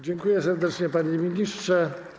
Dziękuję serdecznie, panie ministrze.